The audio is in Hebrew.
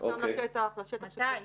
פורסם לשטח --- מתי?